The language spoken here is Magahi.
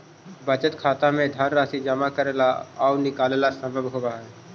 बचत खाता में धनराशि जमा करेला आउ निकालेला संभव होवऽ हइ